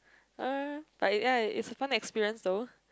uh but ya it's a fun experience though